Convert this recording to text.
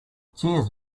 cheers